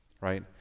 right